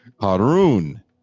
Harun